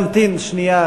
תמתין שנייה,